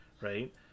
right